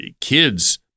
kids